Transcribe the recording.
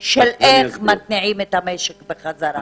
של איך מתניעים את המשק חזרה?